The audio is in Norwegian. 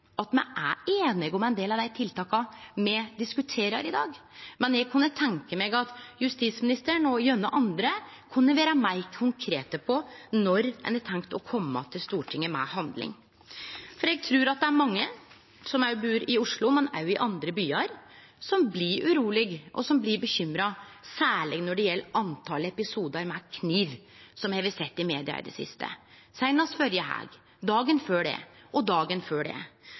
at me er einige om ein del av dei tiltaka me diskuterer i dag, men eg kunne tenkje meg at justisministeren – og gjerne andre – kunne vere meir konkret på når ein har tenkt å kome til Stortinget med handling. For eg trur det er mange som bur i Oslo, men òg i andre byar, som blir urolege og bekymra, særleg når det gjeld talet på episodar med kniv som me har sett i media i det siste, seinast førre helg, dagen før det og dagen før det.